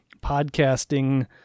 podcasting